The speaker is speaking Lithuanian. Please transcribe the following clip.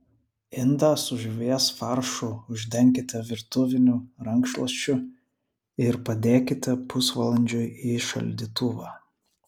indą su žuvies faršu uždenkite virtuviniu rankšluosčiu ir padėkite pusvalandžiui į šaldytuvą